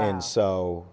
and so